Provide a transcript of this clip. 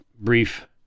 brief